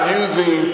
using